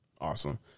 Awesome